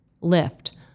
lift